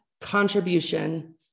contribution